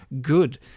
good